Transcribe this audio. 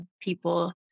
people